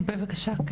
כן, בבקשה.